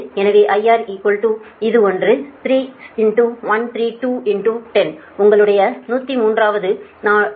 எனவே IR இது ஒன்று 3 13210 உங்களுடைய 103 அதாவது 437